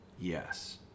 Yes